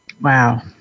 Wow